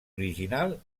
original